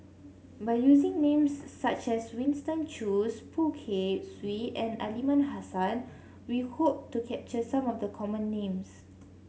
by using names such as Winston Choos Poh Kay Swee and Aliman Hassan we hope to capture some of the common names